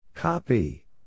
Copy